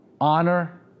honor